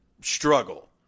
struggle